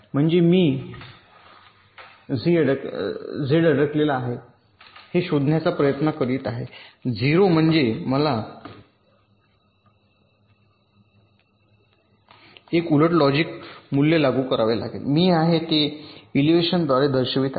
म्हणजे मी झी अडकलेला आहे हे शोधण्याचा प्रयत्न करीत आहे 0 म्हणजे मला एक उलट लॉजिक मूल्य लागू करावे लागेल मी आहे ते इलेव्हन द्वारे दर्शवित आहे